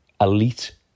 elite